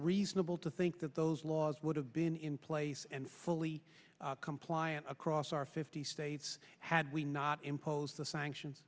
reasonable to think that those laws would have been in place and fully compliant across our fifty states had we not imposed the sanctions